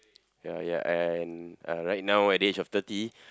ya ya and uh right now at the age of thirty